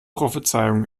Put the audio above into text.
prophezeiungen